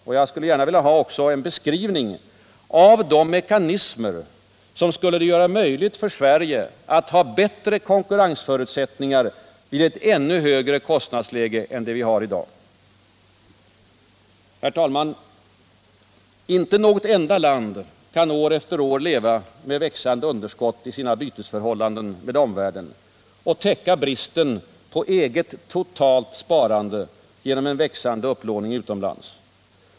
Jag skulle också gärna vilja ha en beskrivning av de mekanismer som skulle göra det möjligt för Sverige att ha bättre konkurrensförutsättningar i ett ännu högre kostnadsläge än det vi har i dag. Herr talman! Inte något enda land kan år efter år leva med växande underskott i sina bytesförhållanden med omvärlden och täcka bristen på eget totalt sparande genom en växande upplåning utomlands.